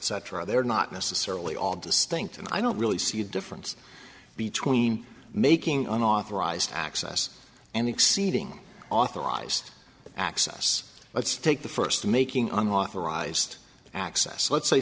cetera they're not necessarily all distinct and i don't really see a difference between making unauthorised access and exceeding authorized access let's take the first making an authorized access let's say